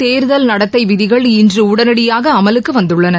தேர்தல் நடத்தை விதிகள் இன்று உடனடியாக அமலுக்கு வந்துள்ளன